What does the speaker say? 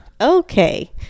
Okay